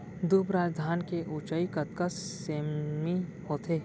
दुबराज धान के ऊँचाई कतका सेमी होथे?